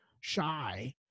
shy